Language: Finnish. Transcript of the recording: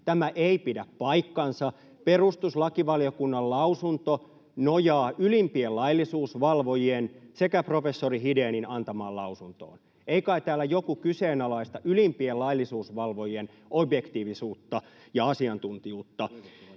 Tämä ei pidä paikkaansa. Perustuslakivaliokunnan lausunto nojaa ylimpien laillisuusvalvojien sekä professori Hidénin antamaan lausuntoon. Ei kai täällä joku kyseenalaista ylimpien laillisuusvalvojien objektiivisuutta ja asiantuntijuutta.